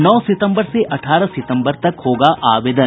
नौ सितम्बर से अठारह सितम्बर तक होगा आवेदन